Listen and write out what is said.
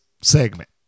segment